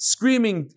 Screaming